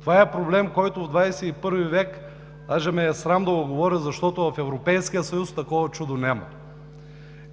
Това е проблем, който в ХХI век – даже ме е срам да го говоря, защото в Европейския съюз такова чудо няма.